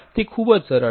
તે ખૂબ જ સરળ છે